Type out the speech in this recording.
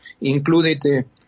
included